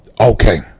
okay